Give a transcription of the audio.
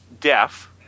deaf